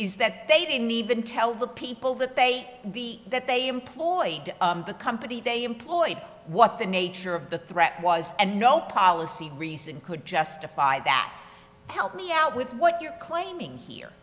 is that they didn't even tell the people that they the that they employ the company they employed what the nature of the threat was and no policy reason could justify that help me out with what you're claiming here